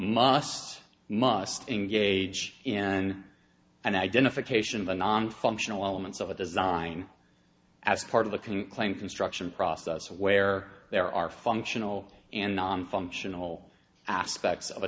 must must engage in an identification of the nonfunctional elements of a design as part of the can claim construction process where there are functional and non functional aspects of a